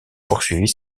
poursuivit